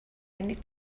need